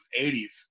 80s